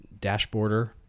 dashboarder